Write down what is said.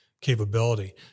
capability